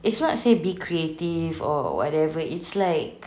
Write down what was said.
it's not say be creative or whatever it's like